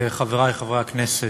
חברי חברי הכנסת,